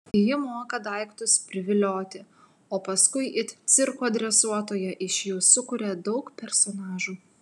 ji moka daiktus privilioti o paskui it cirko dresuotoja iš jų sukuria daug personažų